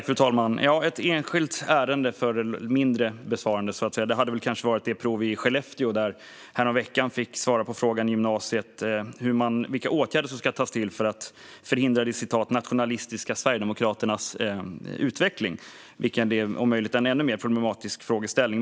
Fru talman! Ett enskilt ärende hade kanske det prov i Skellefteå varit, där gymnasieelever häromveckan fick svara på frågan vilka åtgärder som ska vidtas för att förhindra de nationalistiska Sverigedemokraternas utveckling. Det är om möjligt en ännu mer problematisk frågeställning.